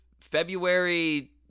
february